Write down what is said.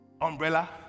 umbrella